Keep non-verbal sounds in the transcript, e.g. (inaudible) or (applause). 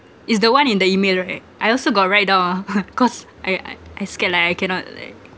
is the one in the email right I also got write down ah (laughs) cause I I I scared like I cannot like